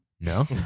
No